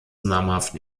namhaften